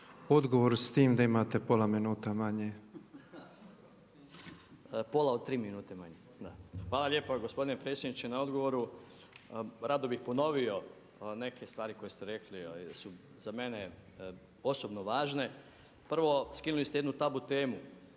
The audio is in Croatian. Odgovor s tim da imate pola minuta manje. **Prgomet, Drago (HDZ)** Pola od tri minute manje. Hvala lijepa gospodine predsjedniče na odgovoru. Rado bih ponovio neke stvari koje ste rekli jel su za mene osobno važne. Prvo, skinuli ste jednu tabu temu